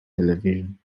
television